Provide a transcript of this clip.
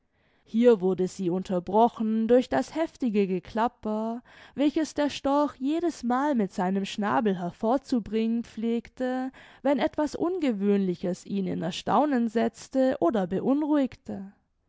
hier wurde sie unterbrochen durch das heftige geklapper welches der storch jedesmal mit seinem schnabel hervorzubringen pflegte wenn etwas ungewöhnliches ihn in erstaunen setzte oder beunruhigte